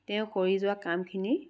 তেওঁ কৰি যোৱা কামখিনি